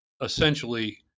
essentially